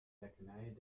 lekkernijen